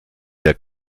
der